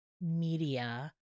media